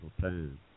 time